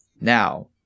Now